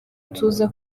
tuza